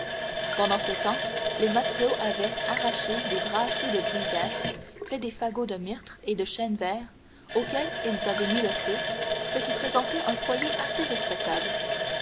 pendant ce temps les matelots avaient arraché des brassées de bruyères fait des fagots de myrtes et de chênes verts auxquels ils avaient mis le feu ce qui présentait un foyer assez respectable